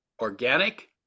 organic